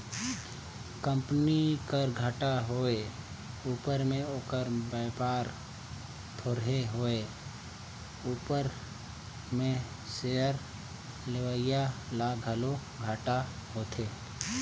company कर घाटा होए उपर में ओकर बयपार थोरहें होए उपर में सेयर लेवईया ल घलो घाटा होथे